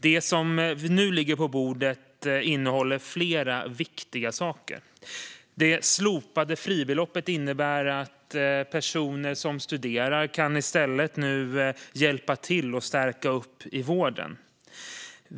Det som nu ligger på bordet innehåller flera viktiga saker. Det slopade fribeloppet innebär att personer som studerar nu i stället kan hjälpa till och stärka upp i vården.